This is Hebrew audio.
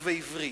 ובעברית.